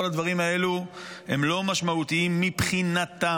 כל הדברים האלו הם לא משמעותיים מבחינתם,